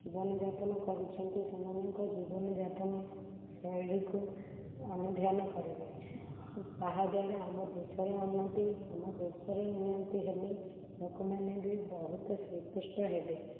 ଜୀବନଯାପନ କରୁଛନ୍ତି ସେମାନଙ୍କ ଜୀବନଯାପନ ଶୈଳୀକୁ ଅନୁଧ୍ୟାନ କରିବେ ସେ ତାହାଦ୍ୱାରା ଆମ ଦେଶର ଉନ୍ନତି ଆମ ଦେଶର ଉନ୍ନତି ହେଲେ ଲୋକମାନେ ବି ବହୁତ ସନ୍ତୁଷ୍ଟ ହେବେ